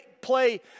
play